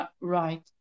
right